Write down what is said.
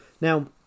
Now